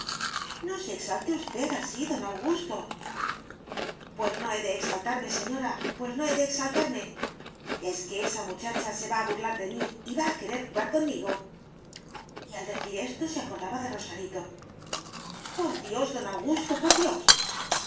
no se exalte usted así don augusto pues no he de exaltarme señora pues no he de exaltarme es que esa muchacha se va a burlar de mí y va a querer jugar conmigo y al decir esto se acordaba de rosarito por dios don augusto por dios